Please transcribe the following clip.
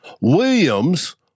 Williams